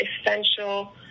essential